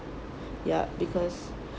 ya because